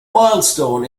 milestone